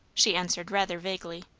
she answered rather vaguely.